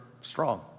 strong